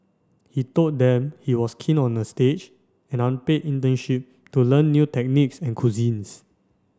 he told them he was keen on a stage an unpaid internship to learn new techniques and cuisines